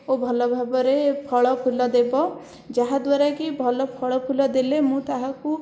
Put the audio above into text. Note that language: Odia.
ଓ ଭଲ ଭାବରେ ଫଳ ଫୁଲ ଦେବ ଯାହା ଦ୍ଵାରା କି ଭଲ ଫଳ ଫୁଲ ଦେଲେ ମୁଁ ତାହାକୁ